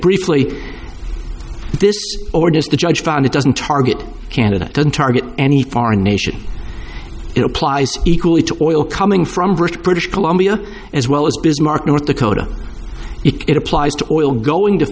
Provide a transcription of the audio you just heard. briefly this or just the judge found it doesn't target canada doesn't target any foreign nation it applies equally to oil coming from british british columbia as well as bismarck north dakota it applies to oil going to